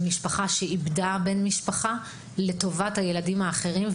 משפחה שאיבדה בן משפחה צריכה לסייע לשאר בני המשפחה.